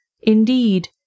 Indeed